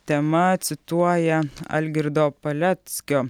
tema cituoja algirdo paleckio